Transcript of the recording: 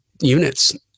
units